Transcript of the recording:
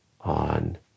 on